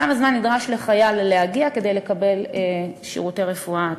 כמה זמן נדרש לחייל להגיע כדי לקבל שירותי רפואה דחופה.